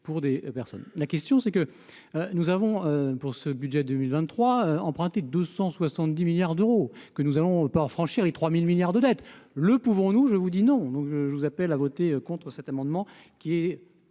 la question, c'est que nous avons pour ce budget 2023 emprunté 270 milliards d'euros que nous allons le par franchir les 3000 milliards de dettes le pouvons-nous, je vous dis non, donc je je vous appelle à voter contre cet amendement, qui est